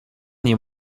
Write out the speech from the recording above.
nie